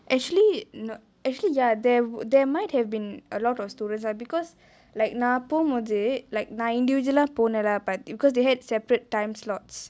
actually no actually ya there there might have been a lot of students lah because like நா போமோது:naa pomothu like நா:naa individual லா போனலே:laa ponelae but because they had separate time slots